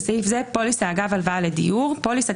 (ב)בסעיף זה "פוליסה אגב הלוואה לדיור" פוליסת